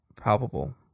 palpable